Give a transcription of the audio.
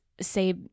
say